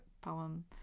poem